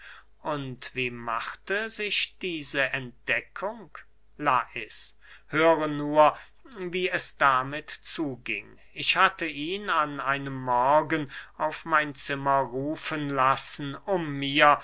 und wie machte sich diese entdeckung lais höre nur wie es damit zuging ich hatte ihn an einem morgen auf mein zimmer rufen lassen um mir